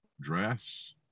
dress